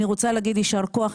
אני רוצה להגיד יישר כוח.